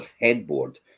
headboard